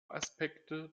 aspekte